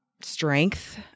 strength